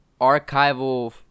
archival